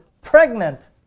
pregnant